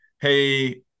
hey